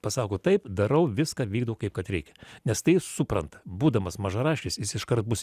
pasako taip darau viską vykdau kaip kad reikia nes tai jis supranta būdamas mažaraštis jis iškart bus